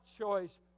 choice